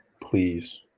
please